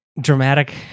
Dramatic